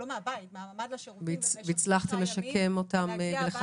לשירותים והצלחנו להגיע לבית שלהם,